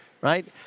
right